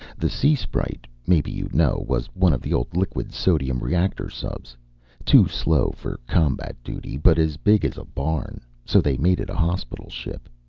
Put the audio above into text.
the sea sprite, maybe you know, was one of the old liquid-sodium-reactor subs too slow for combat duty, but as big as a barn, so they made it a hospital ship.